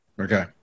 Okay